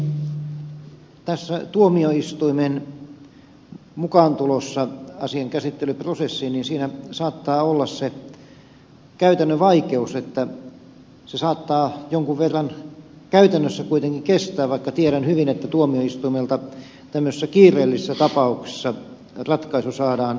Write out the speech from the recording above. tässä tuomioistuimen mukaantulossa asian käsittelyprosessiin saattaa olla se käytännön vai keus että se saattaa jonkun verran käytännössä kuitenkin kestää vaikka tiedän hyvin että tuo mioistuimelta kiireellisissä tapauksissa ratkaisu saadaan päivystysluonteisesti